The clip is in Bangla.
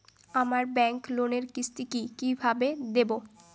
আমার ব্যাংক লোনের কিস্তি কি কিভাবে দেবো?